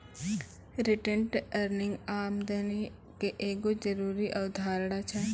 retained earning आमदनी के एगो जरूरी अवधारणा छै